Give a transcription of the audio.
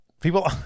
People